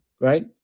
right